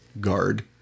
guard